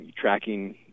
tracking